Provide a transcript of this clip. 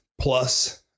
plus